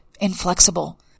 inflexible